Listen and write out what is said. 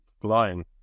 flying